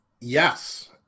Yes